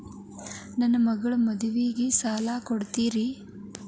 ನನ್ನ ಮಗಳ ಮದುವಿಗೆ ಸಾಲ ಕೊಡ್ತೇರಿ?